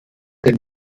den